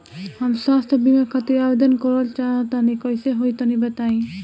हम स्वास्थ बीमा खातिर आवेदन करल चाह तानि कइसे होई तनि बताईं?